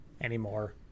anymore